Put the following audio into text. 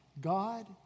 God